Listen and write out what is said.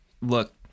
look